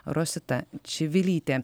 rosita čivilytė